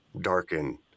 darken